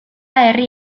herri